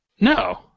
No